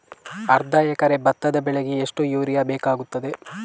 ಅರ್ಧ ಎಕರೆ ಭತ್ತ ಬೆಳೆಗೆ ಎಷ್ಟು ಯೂರಿಯಾ ಬೇಕಾಗುತ್ತದೆ?